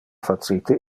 facite